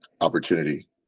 opportunity